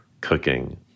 cooking